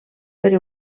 per